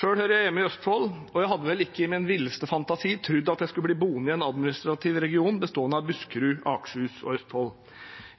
hører jeg hjemme i Østfold, og jeg hadde vel ikke i min villeste fantasi trodd at jeg skulle bli boende i en administrativ region bestående av Buskerud, Akershus og Østfold,